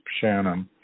Shannon